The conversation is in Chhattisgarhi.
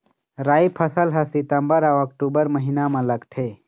राई फसल हा सितंबर अऊ अक्टूबर महीना मा लगथे